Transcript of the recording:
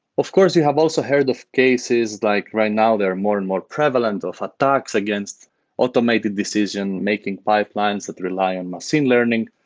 of course, you have also heard of cases like right now there are more and more prevalent of attacks against automated decision-making pipelines that rely on machine learning.